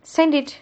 send it